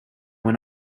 when